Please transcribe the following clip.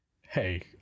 Hey